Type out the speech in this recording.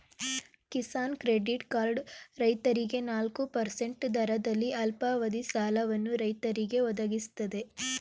Kisan credit card ರೈತರಿಗೆ ನಾಲ್ಕು percent ದರದಲ್ಲಿ ಅಲ್ಪಾವಧಿ ಸಾಲವನ್ನು ರೈತರಿಗೆ ಒದಗಿಸ್ತದೆ